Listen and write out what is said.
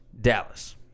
Dallas